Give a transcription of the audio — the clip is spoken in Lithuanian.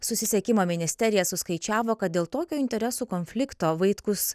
susisiekimo ministerija suskaičiavo kad dėl tokio interesų konflikto vaitkus